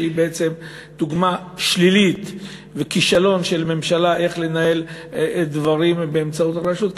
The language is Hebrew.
שהיא בעצם דוגמה שלילית וכישלון של ממשלה איך לנהל דברים באמצעות הרשות,